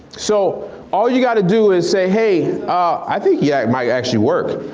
so all you gotta do is say hey, i think yeah, it might actually work.